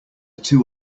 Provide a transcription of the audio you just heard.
two